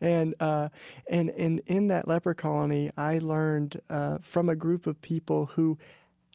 and ah and in in that leper colony, i learned from a group of people, who